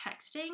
texting